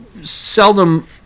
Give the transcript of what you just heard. seldom